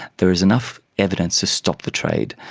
there is enough evidence to stop the trade'.